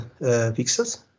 pixels